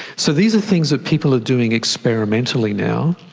so these are things that people are doing experimentally now.